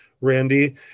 Randy